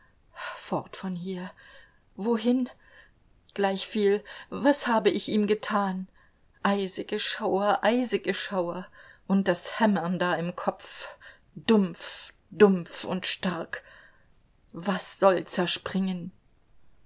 fort von hier wohin gleichviel was habe ich ihm getan eisige schauer eisige schauer und das hämmern da im kopf dumpf dumpf und stark was soll zerspringen